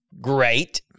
great